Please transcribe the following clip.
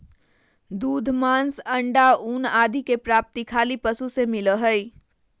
दूध, मांस, अण्डा, ऊन आदि के प्राप्ति खली पशु से मिलो हइ